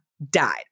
died